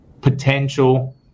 Potential